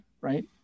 right